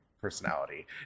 personality